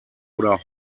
oder